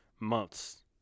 months